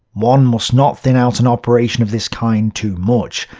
one must not thin out an operation of this kind too much,